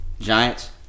Giants